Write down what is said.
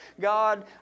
God